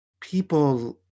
people